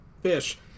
fish